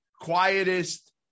quietest